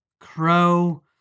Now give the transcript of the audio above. crow